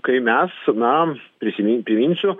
kai mes na prisimin priminsiu